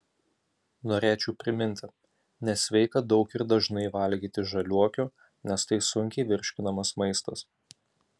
norėčiau priminti nesveika daug ir dažnai valgyti žaliuokių nes tai sunkiai virškinamas maistas